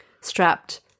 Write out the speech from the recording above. strapped